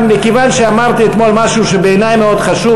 אבל מכיוון שאמרתי אתמול משהו שבעיני הוא מאוד חשוב,